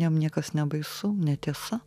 jam niekas nebaisu netiesa